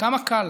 כמה קל